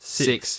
six